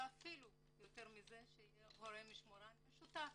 ויותר מזה שיהיה הורה משמורן משותף.